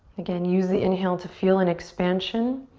again, use the inhale to fuel an expansion.